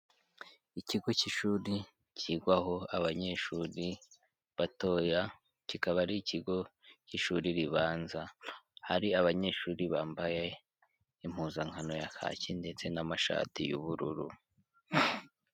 Ikigo cy'ishuri kigwaho abanyeshuri batoya, kikaba ari ikigo cy'ishuri ribanza, hari abanyeshuri bambaye impuzankano ya kaki ndetse n'amashati y'ubururu.